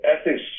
Ethics